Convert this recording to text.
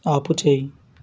ఆపుచేయి